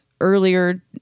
earlier